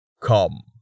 Come